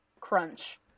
crunch